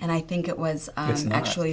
and i think it was it's not actually